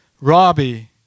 Robbie